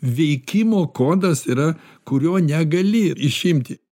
veikimo kodas yra kurio negali išimti